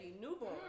newborn